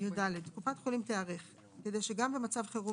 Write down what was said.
(יד)קופת חולים תיערך כדי שגם במצב חירום